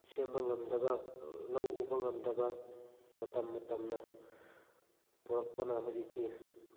ꯁꯦꯝꯕ ꯉꯝꯗꯕ ꯂꯧ ꯎꯕ ꯉꯝꯗꯕ ꯃꯇꯝ ꯃꯇꯝꯅ ꯄꯨꯔꯛꯄꯅ ꯍꯧꯖꯤꯛꯇꯤ